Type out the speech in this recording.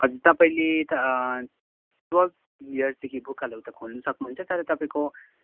हजुर तपाईँले त टुवेल्भ इयर्सदेखि उकालो उताकोले खोल्न सक्नुहुन्छ तर तपाईँको